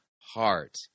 heart